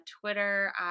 twitter